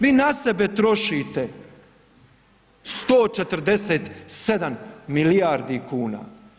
Vi na sebe trošite 147 milijardi kuna.